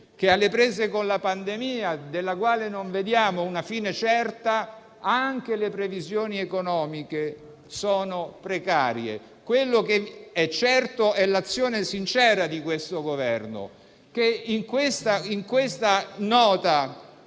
che, alle prese con la pandemia, della quale non vediamo una fine certa, anche le previsioni economiche sono precarie. Quella che è certa è l'azione sincera di questo Governo che, nella